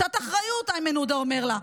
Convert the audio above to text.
קצת אחריות, איימן עודה אומר לה.